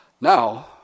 Now